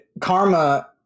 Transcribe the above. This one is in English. karma